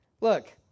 Look